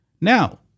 Now